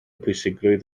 pwysigrwydd